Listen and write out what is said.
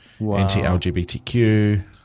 Anti-LGBTQ